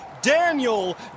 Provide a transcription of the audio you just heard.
Daniel